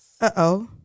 Uh-oh